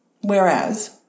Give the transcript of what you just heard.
Whereas